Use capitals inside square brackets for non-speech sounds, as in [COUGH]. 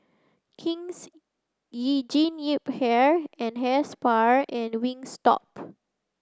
King's [UNINTELLIGIBLE] Jean Yip Hair and Hair Spa and Wingstop